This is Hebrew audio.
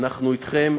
אנחנו אתכם,